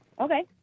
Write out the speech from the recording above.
Okay